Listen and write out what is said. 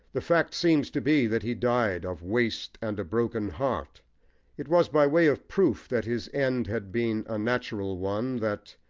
the fact seems to be that he died of waste and a broken heart it was by way of proof that his end had been a natural one that,